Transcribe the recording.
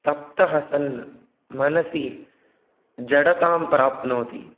तप्तः सन् मनसि जडतां प्राप्नोति